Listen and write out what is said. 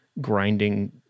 grinding